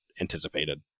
anticipated